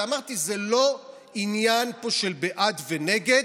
אמרתי: זה לא עניין של בעד ונגד,